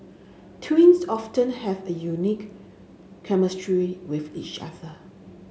twins have a unique chemistry with each other